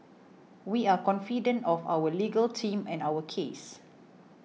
we are confident of our legal team and our case